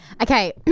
okay